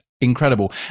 Incredible